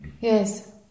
Yes